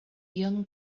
young